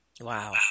Wow